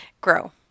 grow